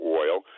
oil